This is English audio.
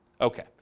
okay